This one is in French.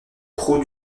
crot